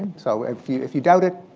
so if you if you doubt it,